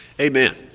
Amen